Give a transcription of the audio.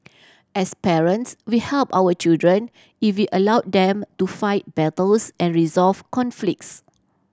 as parents we help our children if we allow them to fight battles and resolve conflicts